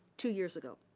two years ago,